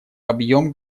объем